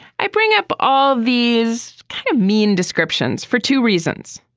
i bring up all these kind of mean descriptions for two reasons.